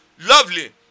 lovely